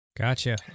gotcha